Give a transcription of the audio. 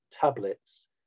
tablets